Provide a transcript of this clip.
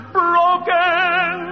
broken